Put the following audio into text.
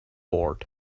board